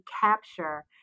capture